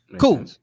Cool